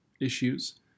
issues